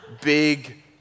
big